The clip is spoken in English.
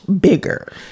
bigger